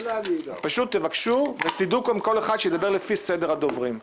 פשוט תבקשו, ותדעו, כל אחד ידבר לפי סדר הדוברים.